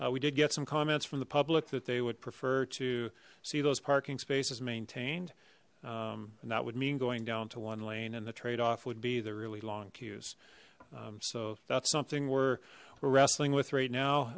screen we did get some comments from the public that they would prefer to see those parking spaces maintained and that would mean going down to one lane and the trade off would be the really long queues so that's something we're wrestling with right now